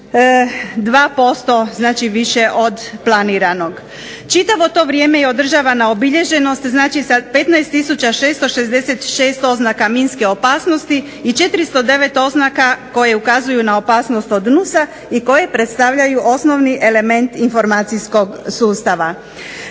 2% više od planiranog. Čitavo to vrijeme je održavana obilježenost za 15 tisuća 666 oznaka minske opasnosti i 409 oznaka koje ukazuju na opasnost od NUS-a i koje predstavljaju osnovni element informacijskog sustava.